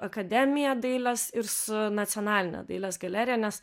akademiją dailės ir su nacionaline dailės galerija nes